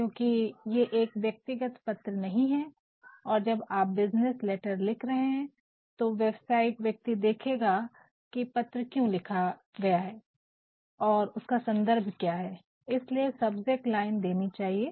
क्योंकि ये एक व्यक्तिगत पत्र नहीं है और जब आप एक बिज़नेस लेटर लिख रहे है तो व्यवसायिक व्यक्ति देखेगा की पत्र क्यों लिखा गया है और उसका सन्दर्भ क्या है इसलिए सब्जेक्ट लाइन देनी चाहिए